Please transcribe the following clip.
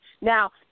Now